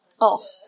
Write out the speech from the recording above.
off